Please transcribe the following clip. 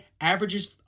averages